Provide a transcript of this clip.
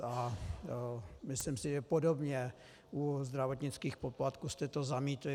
A myslím si, že podobně u zdravotnických poplatků jste to zamítli.